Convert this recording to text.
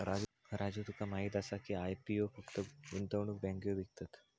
राजू तुका माहीत आसा की, आय.पी.ओ फक्त गुंतवणूक बँको विकतत?